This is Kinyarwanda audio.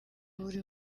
buri